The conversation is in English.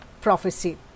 prophecy